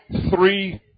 three